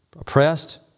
Oppressed